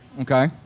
Okay